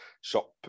shop